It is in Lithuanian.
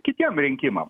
kitiem rinkimam